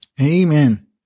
Amen